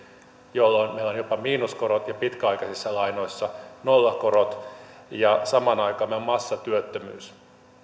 jolloin meillä on jopa miinuskorot ja pitkäaikaisissa lainoissa nollakorot ja samaan aikaan meillä on massatyöttömyys